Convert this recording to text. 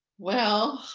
well,